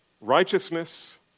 Righteousness